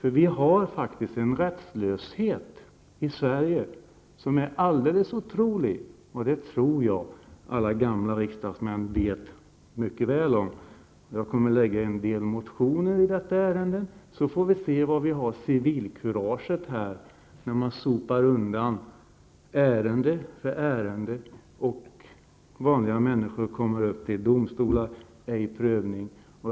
I Sverige råder en rättslöshet som är alldeles otrolig. Det tror jag alla gamla riksdagsmän mycket väl känner till. Jag kommer att väcka en del motioner i detta ärende. Så får vi sedan se hur det är med civilkuraget när ärende för ärende kommer att sopas undan. Det kan t.ex. gälla människor som vänder sig till domstolar men ej får prövningstillstånd.